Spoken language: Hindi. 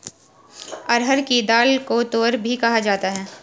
अरहर की दाल को तूअर भी कहा जाता है